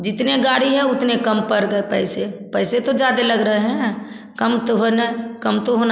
जितने गाड़ी है उतने कम पर गए पैसे पैसे तो ज़्यादा लग रए हैं कम तो हो नहीं कम तो होना